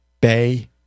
Bay